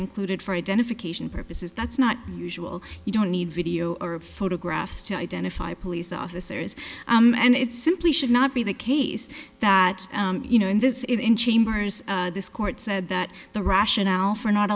included for identification purposes that's not unusual you don't need video or of photographs to identify police officers and it's simply should not be the case that you know and this is in chambers this court said that the rationale for not